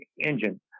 engine